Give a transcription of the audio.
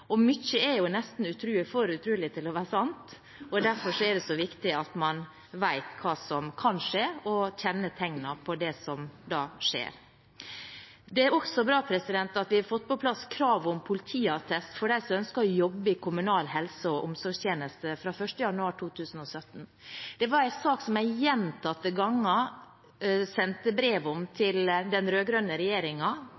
er de som må se hva som foregår. Mye er nesten for utrolig til å være sant. Derfor er det viktig at man vet hva som kan skje, og kjenner tegnene på det som skjer. Det er også bra at vi har fått på plass krav om politiattest for dem som ønsker å jobbe i kommunal helse- og omsorgstjeneste, fra 1. januar 2017. Det var en sak jeg gjentatte ganger sendte brev om